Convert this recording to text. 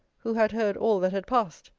who had heard all that had passed!